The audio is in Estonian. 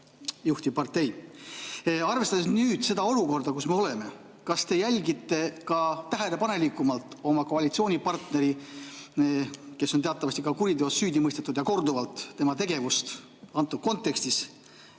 juhtivpartei. Arvestades seda olukorda, kus me oleme, kas te jälgite tähelepanelikumalt oma koalitsioonipartnerit, kes on teatavasti ka kuriteos korduvalt süüdi mõistetud, tema tegevust antud kontekstis,